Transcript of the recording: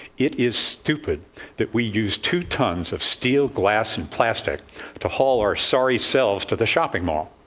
it is stupid that we use two tons of steel, glass and plastic to haul our sorry selves to the shopping mall.